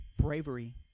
bravery